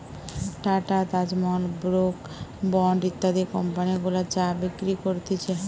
tata, Taj Mahal, Brooke Bond ইত্যাদি company গুলা চা বিক্রি করতিছে